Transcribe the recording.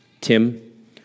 Tim